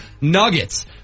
Nuggets